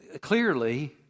clearly